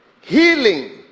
healing